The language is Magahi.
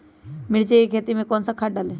मिर्च की खेती में कौन सा खाद डालें?